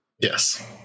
Yes